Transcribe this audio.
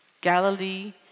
Galilee